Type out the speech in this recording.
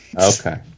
okay